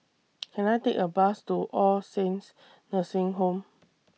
Can I Take A Bus to All Saints Nursing Home